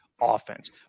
offense